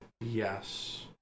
Yes